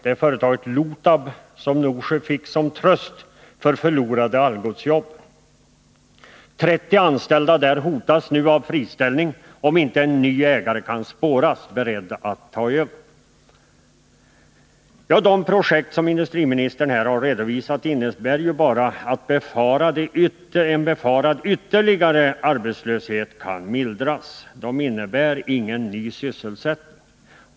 Det är företaget Lotab, som Norsjö fick som tröst för förlorade Algotsjobb. 30 anställda där hotas nu av friställning, om inte någon ny ägare, beredd att ta över, kan spåras. De projekt som industriministern här har redovisat innebär bara att en befarad ytterligare arbetslöshet kan mildras; de innebär ingen ny sysselsättning.